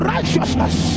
Righteousness